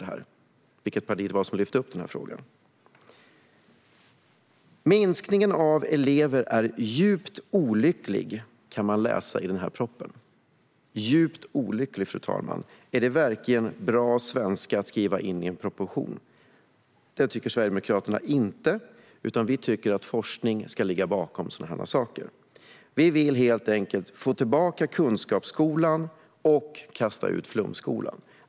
Det är "olyckligt" att andelen elever som läser estetiska ämnen har minskat, kan man läsa i propositionen. "Olyckligt", fru talman. Är det verkligen bra svenska att skriva så i en proposition? Sverigedemokraterna tycker inte det, utan vi tycker att forskning ska ligga bakom sådana här saker. Vi vill helt enkelt få tillbaka kunskapsskolan och kasta ut flumskolan.